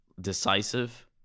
decisive